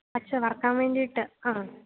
പച്ച വറക്കാന് വേണ്ടിയിട്ട് ആ